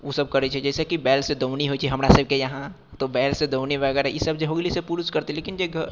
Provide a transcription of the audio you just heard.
ओ सभ करैत छै जैसे कि बैलसँ दौनी होइत छै हमरासभके यहाँ तऽ बैलसँ दौनी वगैरह ईसभ जे हो गेलै से पुरुष करतै लेकिन जे